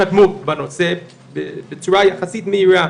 ההתקדמות בנושא בצורה יחסית מהירה